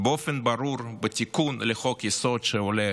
באופן ברור בתיקון לחוק-היסוד, שעולה